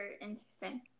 interesting